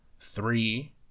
three